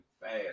fast